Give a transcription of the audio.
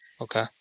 okay